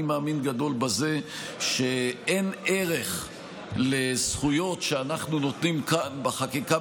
אני מאמין גדול בזה שאין ערך לזכויות שאנחנו נותנים כאן בחקיקה